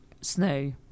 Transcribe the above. snow